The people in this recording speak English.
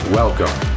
welcome